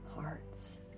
hearts